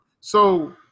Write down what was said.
So-